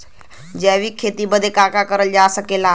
जैविक खेती बदे का का करल जा सकेला?